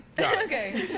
Okay